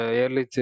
Early